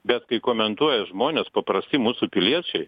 bet kai komentuoja žmonės paprasti mūsų piliečiai